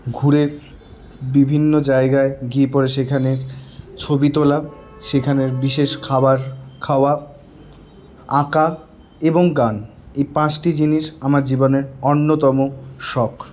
ঘুরে বিভিন্ন জায়গায় গিয়ে পরে সেখানে ছবি তোলা সেখানের বিশেষ খাবার খাওয়া আঁকা এবং গান এই পাঁচটি জিনিস আমার জীবনের অন্যতম শখ